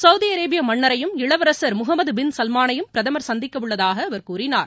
Saudi Arabia மன்னரையும் இளவரசர் Mohammed bin சல்மானையும் பிரதமர் சந்திக்கவுள்ளதாக அவர் கூறினார்